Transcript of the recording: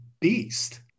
beast